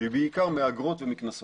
שהיא בעיקר מאגרות ומקנסות.